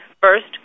First